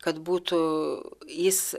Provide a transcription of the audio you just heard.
kad būtų jis